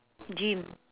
gym